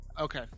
Okay